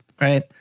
Right